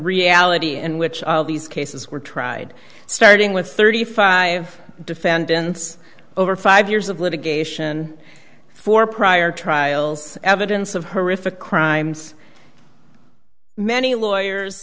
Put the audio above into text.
reality in which all these cases were tried starting with thirty five defendants over five years of litigation four prior trials evidence of horrific crimes many lawyers